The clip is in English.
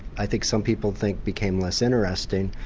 i think some people think became less interesting,